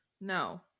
no